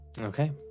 Okay